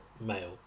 male